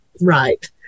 right